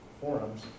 forums